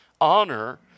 Honor